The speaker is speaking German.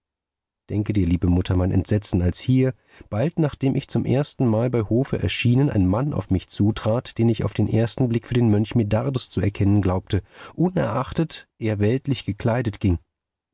denke dir liebe mutter mein entsetzen als hier bald nachdem ich zum erstenmal bei hofe erschienen ein mann auf mich zutrat den ich auf den ersten blick für den mönch medardus zu erkennen glaubte unerachtet er weltlich gekleidet ging